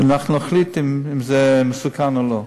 ואנחנו נחליט אם זה מסוכן או לא.